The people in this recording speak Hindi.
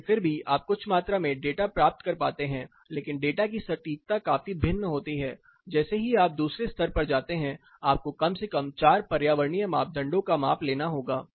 लेकिन फिर भी आप कुछ मात्रा में डेटा प्राप्त कर पाते हैं लेकिन डेटा की सटीकता काफी भिन्न होती है जैसे ही आप दूसरे स्तर पर जाते हैं आपको कम से कम 4 पर्यावरणीय मापदंडों का माप लेना होगा